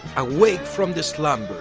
awake from the slumber.